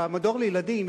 במדור לילדים,